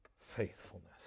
faithfulness